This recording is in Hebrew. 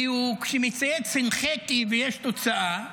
כי כשהוא מצייץ "הנחיתי" ויש תוצאה,